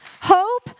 hope